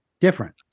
Different